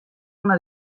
una